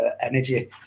energy